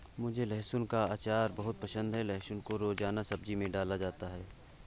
मुझे लहसुन का अचार बहुत पसंद है लहसुन को रोजाना सब्जी में डाला जाता है